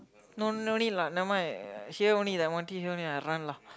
no no need lah never mind here only the M_R_T here only I run lah